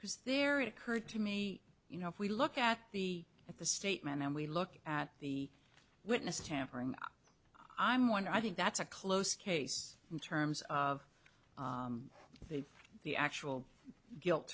because there it occurred to me you know if we look at the at the statement and we look at the witness tampering i'm one i think that's a close case in terms of the the actual